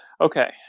okay